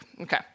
Okay